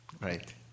Right